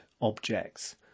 objects